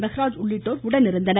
மெகராஜ் உள்ளிட்டோர் உடனிருந்தனர்